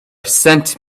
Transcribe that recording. sent